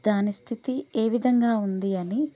దాని స్థితి ఏ విధంగా ఉంది అని